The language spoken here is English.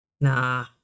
nah